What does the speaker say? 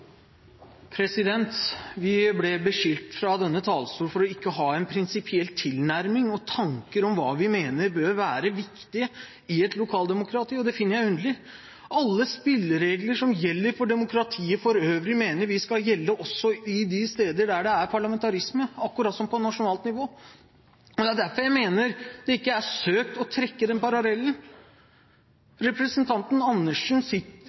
Vi ble beskyldt fra denne talerstol for ikke å ha en prinsipiell tilnærming til – eller tanker om hva vi mener bør være viktig i – et lokaldemokrati, og det finner jeg underlig. Alle spilleregler som gjelder for demokratiet for øvrig, mener vi skal gjelde også de steder der det er parlamentarisme, akkurat som på nasjonalt nivå. Det er derfor jeg mener det ikke er søkt å trekke den parallellen. Representanten